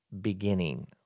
beginning